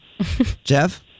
Jeff